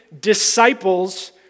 disciples